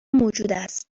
موجوداست